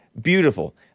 beautiful